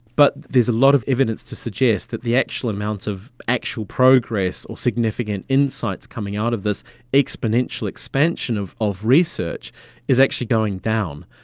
but there's a lot of evidence to suggest that the actual amount of actual progress or significant insights coming out of this exponential expansion of of research is actually going down.